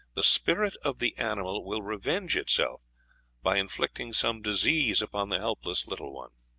the spirit of the animal will revenge itself by inflicting some disease upon the helpless little one.